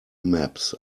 maps